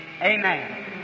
Amen